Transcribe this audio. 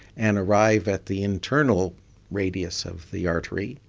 and arrive at the internal radius of the artery,